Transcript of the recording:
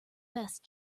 best